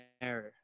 error